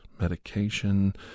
medication